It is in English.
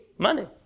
Money